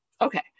Okay